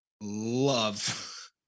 love